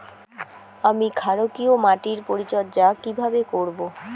আমি ক্ষারকীয় মাটির পরিচর্যা কিভাবে করব?